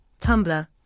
Tumblr